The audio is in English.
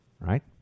Right